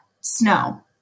snow